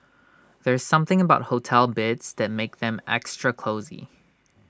there's something about hotel beds that makes them extra cosy